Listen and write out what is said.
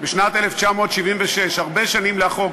בשנת 1976, הרבה שנים לאחור.